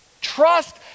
Trust